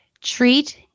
treat